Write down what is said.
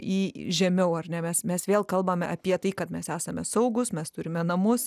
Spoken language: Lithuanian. į žemiau ar ne mes mes vėl kalbame apie tai kad mes esame saugūs mes turime namus